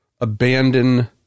abandon